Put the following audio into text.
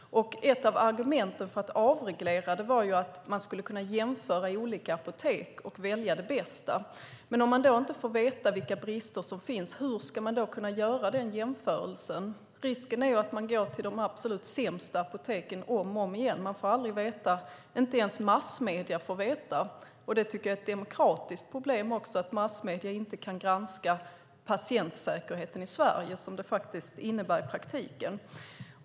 Ett av argumenten för att avreglera var att man skulle kunna jämföra olika apotek och välja det bästa, men hur ska man kunna göra jämförelsen om man inte får veta vilka brister som finns? Risken finns att man går till de absolut sämsta apoteken om och om igen, för man får aldrig veta. Inte ens massmedierna får veta, och jag tycker att det är ett demokratiskt problem att massmedierna inte kan granska patientsäkerheten i Sverige, vilket detta faktiskt innebär i praktiken.